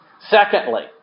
Secondly